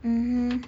hmm